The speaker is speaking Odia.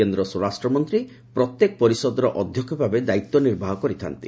କେନ୍ଦ୍ର ସ୍ୱରାଷ୍ଟ୍ରମନ୍ତ୍ରୀ ପ୍ରତ୍ୟେକ ପରିଷଦର ଅଧ୍ୟକ୍ଷ ଭାବେ ଦାୟିତ୍ୱ ନିର୍ବାହ କରିଥାଆନ୍ତି